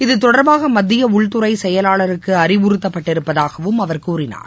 இது தொடர்பாகமத்தியஉள்துறைசெயலாளருக்குஅறிவுறுத்தப் பட்டிருப்பதாகவும் அவர் கூறினார்